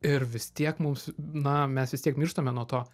ir vis tiek mums na mes vis tiek mirštame nuo to